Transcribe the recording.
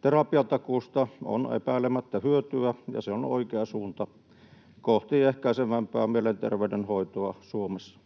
Terapiatakuusta on epäilemättä hyötyä, ja se on oikea suunta kohti ehkäisevämpää mielenterveyden hoitoa Suomessa.